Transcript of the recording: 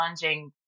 challenging